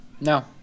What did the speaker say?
No